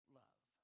love